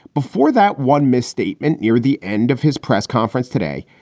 before that one misstatement near the end of his press conference today,